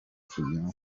kujya